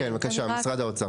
כן, בבקשה, משרד האוצר.